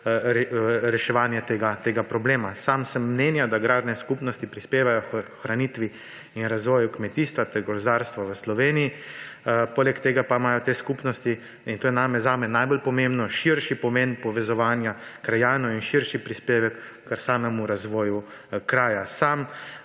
reševanje tega problema. Sam sem mnenja, da agrarne skupnosti prispevajo k ohraniti in razvoju kmetijstva ter gozdarstva v Sloveniji, poleg tega pa imajo te skupnosti, in to je zame najbolj pomembno, širši pomen povezovanja krajanov in širši prispevek k samemu razvoju kraja. Sam